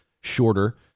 shorter